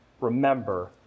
Remember